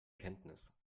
kenntnis